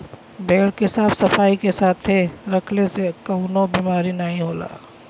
भेड़ के साफ सफाई के साथे रखले से कउनो बिमारी नाहीं होला